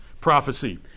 prophecy